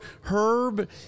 Herb